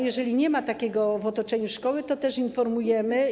Jeżeli nie ma takiego w otoczeniu szkoły, to też o tym informujemy.